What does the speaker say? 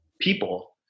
people